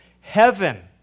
heaven